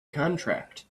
contract